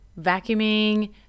vacuuming